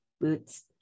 boots